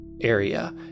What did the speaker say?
area